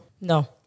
No